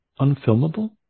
unfilmable